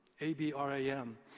A-B-R-A-M